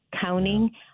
counting